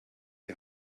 die